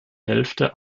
hälfte